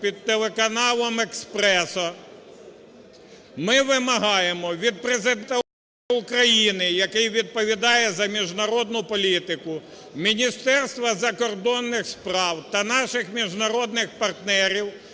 під телеканалом "Еспресо", ми вимагаємо від Президента України, який відповідає за міжнародну політику, Міністерства закордонних справ та наших міжнародних партнерів